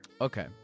Okay